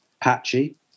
patchy